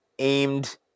aimed